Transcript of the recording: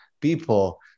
people